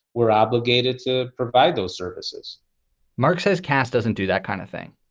we're obligated to provide those services mark says castle doesn't do that kind of thing,